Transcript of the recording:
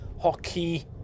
hockey